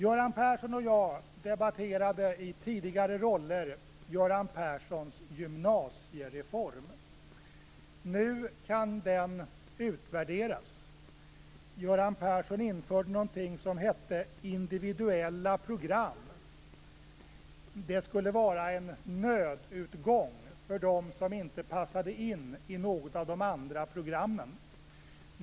Göran Persson och jag debatterade, i tidigare roller, Göran Perssons gymnasiereform. Nu kan den utvärderas. Göran Persson införde något som hette individuella program. Det skulle vara en nödutgång för dem som inte passade in i något av de andra programmen.